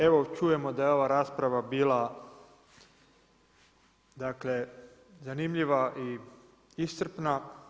Evo čujemo da je ova rasprava bila dakle zanimljiva i iscrpna.